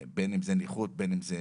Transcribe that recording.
בין אם זה נכות, בין אם זה